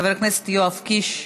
חבר הכנסת יואב קיש,